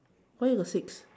why you got six